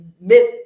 myth